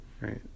right